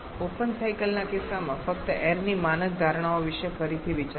open સાયકલના કિસ્સામાં ફક્ત એઈરની માનક ધારણાઓ વિશે ફરીથી વિચારો